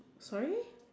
sorry